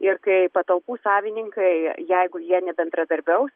ir kai patalpų savininkai jeigu jie nebendradarbiaus